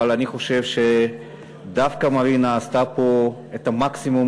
אבל אני חושב שדווקא מרינה עשתה פה את המקסימום